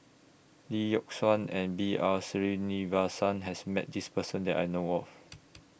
Lee Yock Suan and B R Sreenivasan has Met This Person that I know of